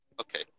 Okay